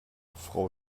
frau